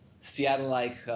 Seattle-like